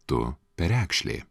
tu perekšlė